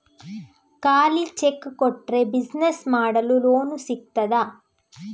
ಖಾಲಿ ಚೆಕ್ ಕೊಟ್ರೆ ಬಿಸಿನೆಸ್ ಮಾಡಲು ಲೋನ್ ಸಿಗ್ತದಾ?